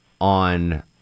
on